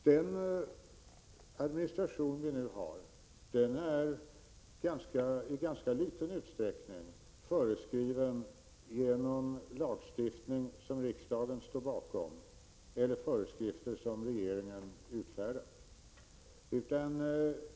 Den administration vi nu har är i ganska liten utsträckning föreskriven genom lagstiftning som riksdagen står bakom eller föreskrifter som regeringen utfärdat.